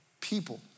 people